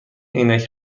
عینک